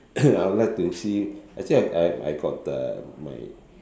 I would like to see actually I I got the my